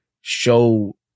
show